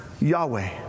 Yahweh